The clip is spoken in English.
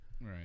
Right